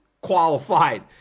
qualified